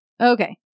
Okay